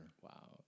Wow